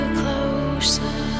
closer